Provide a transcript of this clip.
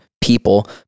people